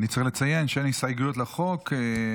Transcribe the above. אני צריך לציין שאין הסתייגויות לחוק,